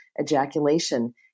ejaculation